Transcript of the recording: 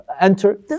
enter